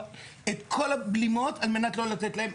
את כל הבלימות על מנת לא לתת להם.